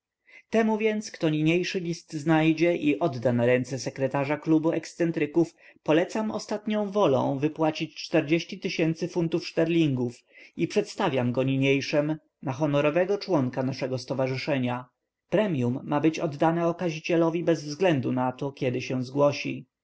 temu więc kto niniejszy list znajdzie i odda na ręce sekretarza klubu ekscentryków polecam ostatnią wolą wypłacić fun tów szterlingów i przedstawiam go niniejszem na honorowego członka naszego stowarzyszenia premium ma być oddane okazicielowi bez względu na to kiedy się zgłosi